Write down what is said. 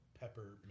pepper